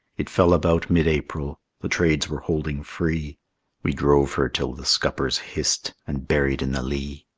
it fell about mid-april the trades were holding free we drove her till the scuppers hissed and buried in the lee.